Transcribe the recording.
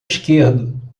esquerdo